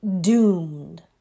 doomed